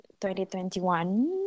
2021